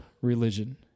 religion